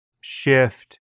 shift